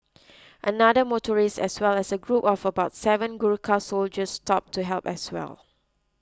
another motorist as well as a group of about seven Gurkha soldiers stopped to help as well